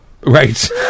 Right